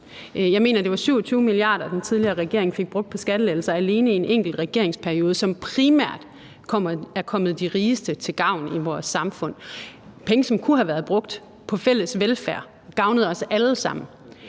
Jeg mener, at det var 27 mia. kr., den tidligere regering fik brugt på skattelettelser alene i en enkelt regeringsperiode, som primært er kommet de rigeste i vores samfund til gavn. Det er penge, som kunne have været brugt på fælles velfærd og gavnet os alle sammen.